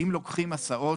אם לוקחים הסעות,